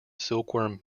silkworm